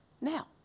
Now